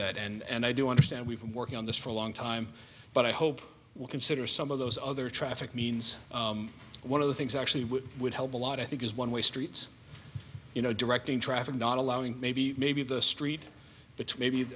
that and i do understand we've been working on this for a long time but i hope we'll consider some of those other traffic means one of the things actually would help a lot i think is one way streets you know directing traffic not allowing maybe maybe the street b